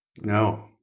No